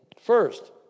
First